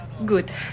Good